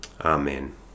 Amen